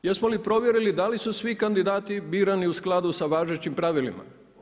Jesmo li provjerili da li su svi kandidati birani u skladu sa važećim pravilima?